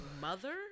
mother